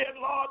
Lord